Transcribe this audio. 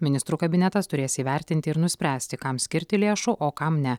ministrų kabinetas turės įvertinti ir nuspręsti kam skirti lėšų o kam ne